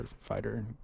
fighter